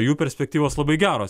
jų perspektyvos labai geros